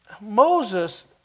Moses